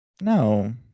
no